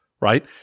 Right